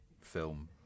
film